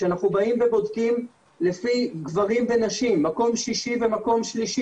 כשאנחנו באים ובודקים לפי גברים ונשים מקום שישי ומקום שלישי.